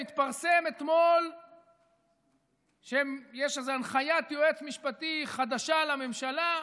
מתפרסם אתמול שיש איזו הנחיית יועץ משפטי חדשה לממשלה,